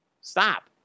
stop